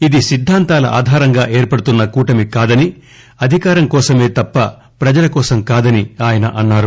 ఇది సిద్ధాంతాల ఆధారంగా ఏర్పడుతున్న కూటమి కాదని అధికారంకోసమే తప్ప ప్రజలకోసం కాదని ఆయన అన్నారు